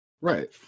Right